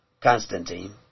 Constantine